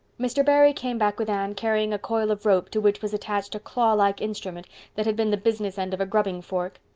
mr. barry came back with anne, carrying a coil of rope to which was attached a claw-like instrument that had been the business end of a grubbing fork.